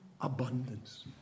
abundance